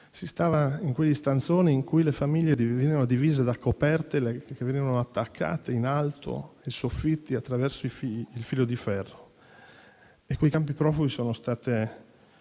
e in quegli stanzoni in cui le famiglie venivano divise da coperte che venivano attaccate in alto, ai soffitti, attraverso il filo di ferro. Quei campi profughi sono stati